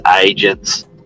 agents